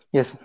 Yes